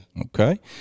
Okay